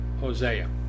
Hosea